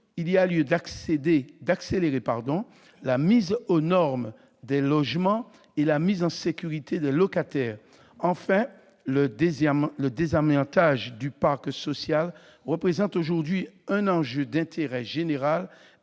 il y a lieu d'accélérer la mise aux normes des logements et la mise en sécurité des locataires. Enfin, le désamiantage du parc social représente aujourd'hui un enjeu d'intérêt général,